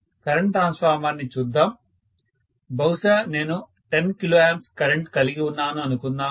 current transformer ని చూద్దాం బహుశా నేను 10kA కరెంటు కలిగి ఉన్నాను అనుకుందాము